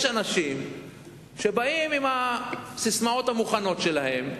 יש אנשים שבאים עם הססמאות המוכנות שלהם,